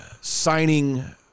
signing